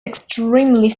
extremely